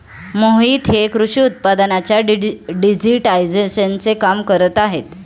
मोहित हे कृषी उत्पादनांच्या डिजिटायझेशनचे काम करत आहेत